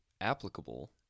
applicable